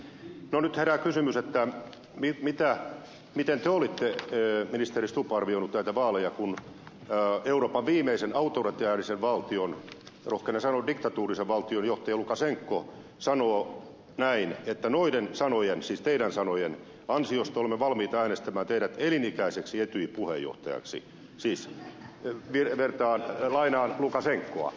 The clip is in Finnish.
nyt herää kysymys miten te olitte ministeri stubb arvioinut näitä vaaleja kun euroopan viimeisen autoritäärisen valtion rohkenen sanoa diktatuurisen valtion johtaja lukashenka sanoo näin että noiden sanojen siis teidän sanojenne ansiosta olemme valmiit äänestämään teidät elinikäiseksi etyjin puheenjohtajaksi siis lainaan lukashenkaa